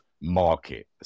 market